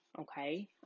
Okay